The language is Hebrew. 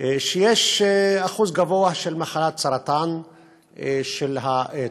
שיש אחוז גבוה של מחלת סרטן של התושבים.